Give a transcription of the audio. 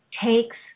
takes